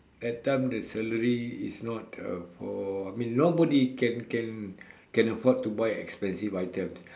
that time the salary is not afford I mean nobody can can can afford to buy expensive items